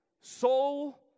soul